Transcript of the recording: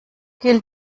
gilt